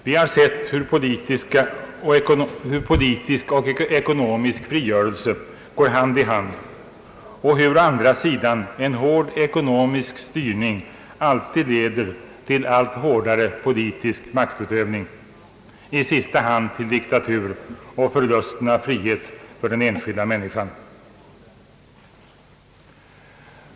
Vi har sett hur politisk och ekonomisk frigörelse går hand i hand och hur å andra sidan en hård ekonomisk styrning alltid leder till allt hårdare politisk maktutövning, i sista hand till diktatur och förlusten av frihet för den enskilda människan.